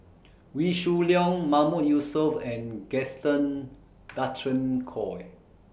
Wee Shoo Leong Mahmood Yusof and Gaston Dutronquoy